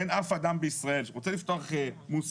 אין אף אדם בישראל שרוצה לפתוח מוסך,